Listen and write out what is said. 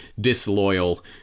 disloyal